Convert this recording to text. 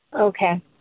Okay